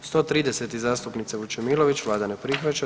130. zastupnice Vučemilović, vlada ne prihvaća.